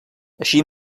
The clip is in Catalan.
així